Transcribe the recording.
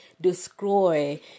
destroy